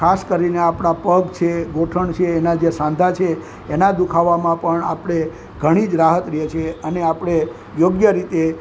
ખાસ કરીને આપણા પગ છે ઘૂંટણ છે એના જે સાંધા છે એના દુખાવામાં પણ આપણે ઘણી જ રાહત રહે છે અને આપણે યોગ્ય રીતે